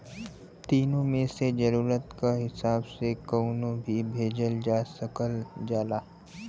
तीनो मे से जरुरत क हिसाब से कउनो भी भेजल जा सकल जाला